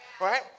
right